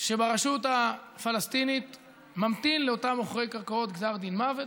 שברשות הפלסטינית ממתין לאותם מוכרי קרקעות גזר דין מוות,